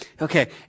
okay